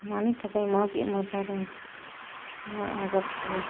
मानि थाखाय मा बेमार जादों मा आजार खबर